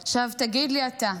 עכשיו, תגיד לי אתה,